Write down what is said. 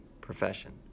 profession